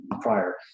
prior